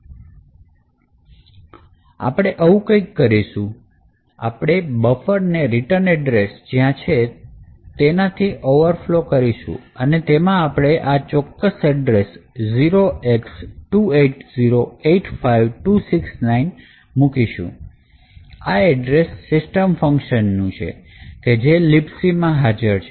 તો આપણે આવું કંઈક કરીશું આપણે બફર ને રિટર્ન એડ્રેસ જ્યાં છે ત્યાં ઓવરફ્લો કરીશું અને તેમાં આપણે આ ચોક્કસ એડ્રેસ 0x28085269 પર મુકીશું આ એડ્રેસ system function કે જે libc મા છે તેનું છે